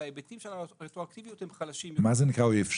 וההיבטים של הרטרואקטיביות הם חלשים יותר.